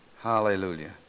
Hallelujah